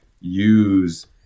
use